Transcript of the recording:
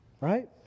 Right